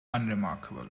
unremarkable